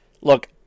Look